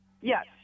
Yes